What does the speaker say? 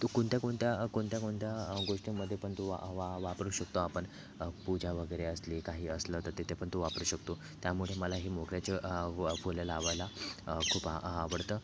तो कोणत्या कोणत्या कोणत्या कोणत्या गोष्टीमध्ये पण तो वा वा वापरू शकतो आपण पूजा वगैरे असली काही असलं तर तेथे पण तू वापरू शकतो त्यामुळे मला हे मोगऱ्याचं फुले लावायला खूप आ आवडतं